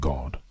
God